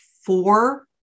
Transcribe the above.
four